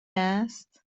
است